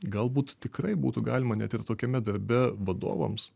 galbūt tikrai būtų galima net ir tokiame darbe vadovams